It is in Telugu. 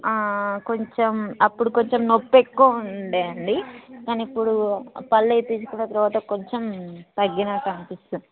కొంచెం అప్పుడు కొంచెం నొప్పి ఎక్కువ ఉండే అండి కానీ ఇప్పుడు పళ్ళు వేయించ్చుకున్న తర్వాత కొంచెం తగ్గినట్టు అనిపిస్తుంది